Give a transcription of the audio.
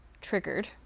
triggered